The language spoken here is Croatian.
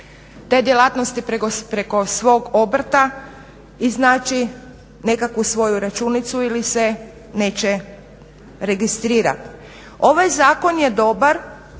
te djelatnosti preko svog obrta i znači nekakvu svoju računicu ili se neće registrirati. Ovaj zakon je dobar